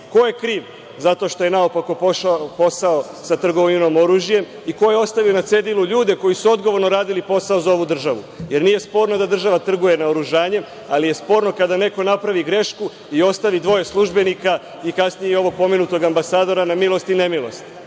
Ko je kriv zato što je naopako pošao posao sa trgovinom oružjem? Ko je ostavio na cedilu ljude koji su odgovorno radili posao za ovu državu, jer nije sporno da država trguje naoružanjem, ali je sporno kada neko napravi grešku i ostavi dvoje službenika, kasnije i ovog pomenutog ambasadora, na milost i nemilost